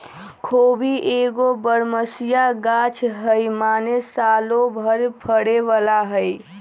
खोबि एगो बरमसिया ग़ाछ हइ माने सालो भर फरे बला हइ